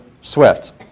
swift